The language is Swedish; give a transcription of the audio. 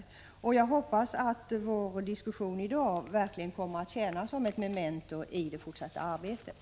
Jag hoppas att vår diskussion i dag verkligen kommer att tjäna som ett memento i det fortsatta arbetet.